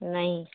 نہیں